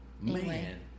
Man